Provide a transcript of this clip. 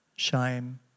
shame